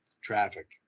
Traffic